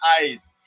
eyes